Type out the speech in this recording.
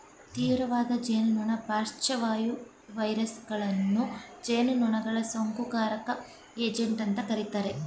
ತೀವ್ರವಾದ ಜೇನುನೊಣ ಪಾರ್ಶ್ವವಾಯು ವೈರಸಗಳನ್ನು ಜೇನುನೊಣಗಳ ಸೋಂಕುಕಾರಕ ಏಜೆಂಟ್ ಅಂತ ಕರೀತಾರೆ